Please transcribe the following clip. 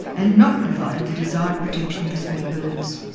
and not provided the desired protection for small birds.